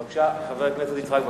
בבקשה, חבר הכנסת יצחק וקנין.